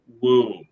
woo